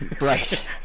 Right